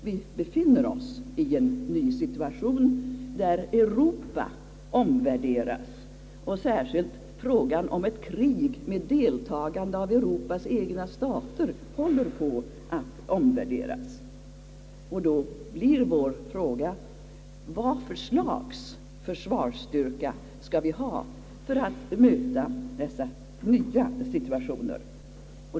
Vi befinner oss i en ny situation, där Europa omvärderas, särskilt frågan om ett krig med ett deltagande av Europas egna stater. Då blir vår fråga, vad för slags försvarsstyrka vi skall ha för att möta dessa nya situationer.